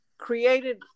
created